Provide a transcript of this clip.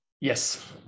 Yes